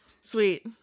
Sweet